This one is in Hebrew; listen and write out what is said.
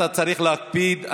אתה צריך להקפיד,